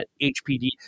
HPD